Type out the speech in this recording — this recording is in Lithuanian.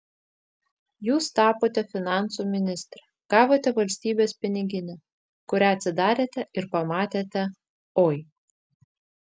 jūs tapote finansų ministre gavote valstybės piniginę kurią atsidarėte ir pamatėte oi